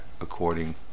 according